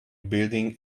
building